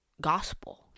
gospel